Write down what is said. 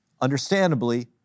understandably